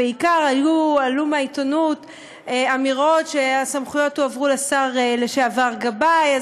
בעיקר עלו מהעיתונות אמירות שהסמכויות הועברו לשר לשעבר גבאי.